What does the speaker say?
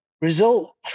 result